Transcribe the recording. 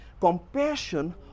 compassion